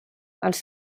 els